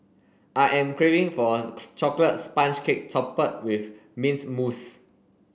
I am craving for a chocolate sponge cake with mint mousse